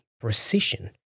precision